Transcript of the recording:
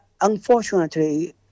unfortunately